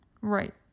Right